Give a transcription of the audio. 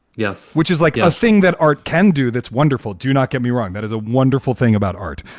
yes. which is like a thing that art can do. that's wonderful. do not get me wrong. that is a wonderful thing about art.